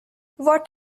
what